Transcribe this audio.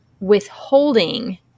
withholding